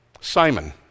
Simon